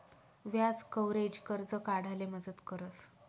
व्याज कव्हरेज, कर्ज काढाले मदत करस